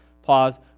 Pause